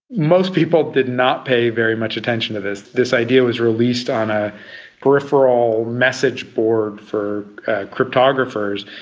most people did not pay very much attention to this. this idea was released on a peripheral message board for cryptographers.